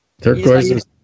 Turquoise